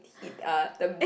Ti uh the